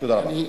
תודה רבה.